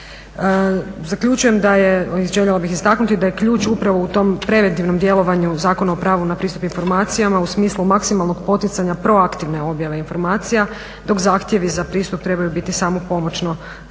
Zaključujem da je i željela bih istaknuti da je ključ upravo u tom preventivnom djelovanju Zakona o pravu na pristup informacijama u smislu maksimalnog poticanja proaktivne objave informacija, dok zahtjevi za pristup trebaju biti samo pomoćno sredstvo.